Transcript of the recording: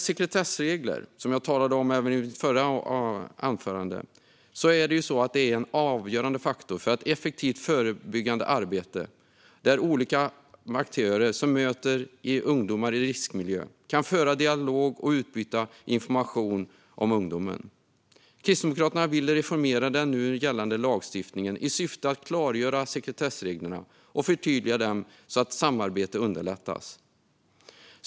Sekretessregler talade jag om även i mitt förra anförande. En avgörande faktor för ett effektivt förebyggande arbete är att de olika aktörer som möter ungdomar i riskmiljö kan föra dialog och utbyta information om ungdomen. Kristdemokraterna vill reformera den nu gällande lagstiftningen i syfte att klargöra sekretessreglerna och förtydliga dem, så att samarbetet underlättas.